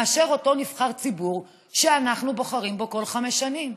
מאשר אותו נבחר ציבור שאנחנו בוחרים בו כל חמש שנים?